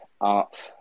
art